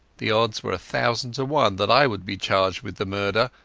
the odds were a thousand to one that i would be charged with the murder,